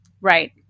right